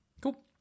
Cool